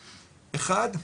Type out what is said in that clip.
אחד,